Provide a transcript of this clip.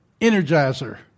energizer